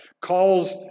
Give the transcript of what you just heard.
calls